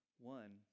One